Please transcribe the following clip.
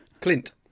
Clint